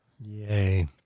Yay